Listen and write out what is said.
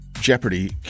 Jeopardy